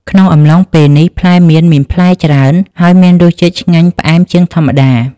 ក្នុងអំឡុងពេលនេះ ផ្លែមៀនមានផ្លែច្រើន ហើយមានរសជាតិឆ្ងាញ់ផ្អែមជាងធម្មតា។